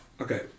okay